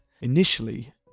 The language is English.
Initially